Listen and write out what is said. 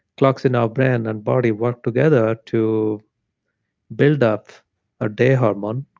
clocks in our brain and body work together to build up a day hormone,